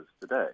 today